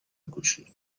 گشود